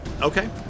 Okay